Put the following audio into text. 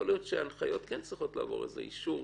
יכול להיות שההנחיות כן צריכות לעבור איזה אישור,